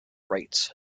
rights